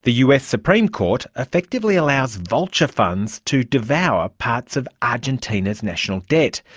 the us supreme court effectively allows vulture funds to devour parts of argentina's national debt.